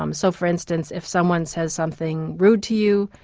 um so for instance if someone says something rude to you,